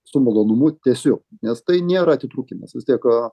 su malonumu tęsiu nes tai nėra atitrūkimas vis tiek